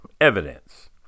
evidence